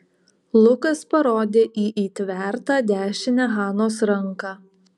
lukas parodė į įtvertą dešinę hanos ranką